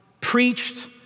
preached